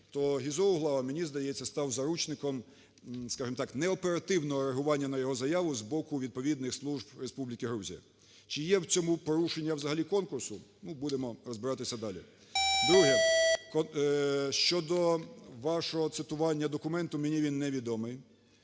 то Гізо Углава, мені здається, став заручником, скажемо так, неоперативного реагування на його заяву з боку відповідних служб Республіки Грузія. Чи є в цьому порушення взагалі конкурсу, ну, будемо розбиратись далі. Друге. Щодо вашого цитування документу, мені він невідомий.